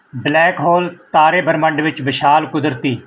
black hole ਤਾਰੇ ਬ੍ਰਹਿਮੰਡ ਵਿੱਚ ਵਿਸ਼ਾਲ ਕੁਦਰਤੀ